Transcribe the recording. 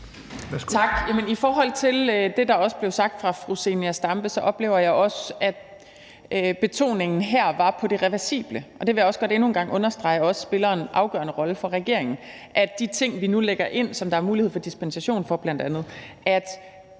I forhold til det, der også blev sagt af fru Zenia Stampe, oplever jeg også, at betoningen her var på det reversible. Det vil jeg også godt endnu en gang understrege spiller en afgørende rolle for regeringen, altså at de ting, som vi nu lægger ind, og som der er mulighed for dispensation for bl.a.,